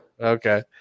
Okay